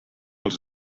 els